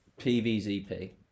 PVZP